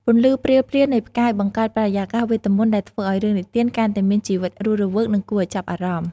ពន្លឺព្រាលៗនៃផ្កាយបង្កើតបរិយាកាសវេទមន្តដែលធ្វើឲ្យរឿងនិទានកាន់តែមានជីវិតរស់រវើក និងគួរឲ្យចាប់អារម្មណ៍ ។